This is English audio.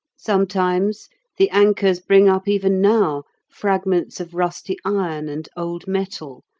sometimes the anchors bring up even now fragments of rusty iron and old metal,